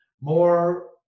more